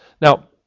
Now